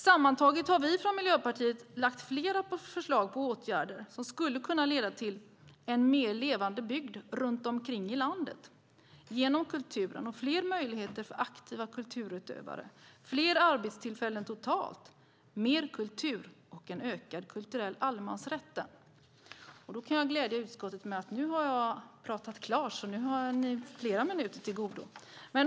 Sammantaget har vi från Miljöpartiet lagt fram flera förslag på åtgärder som skulle kunna leda till en mer levande bygd runt omkring i landet, fler möjligheter för aktiva kulturutövare och fler arbetstillfällen totalt. Mer kultur och en ökad kulturell allemansrätt! Nu kan jag glädja utskottet med att jag har talat klart. Nu har ni flera minuter till godo.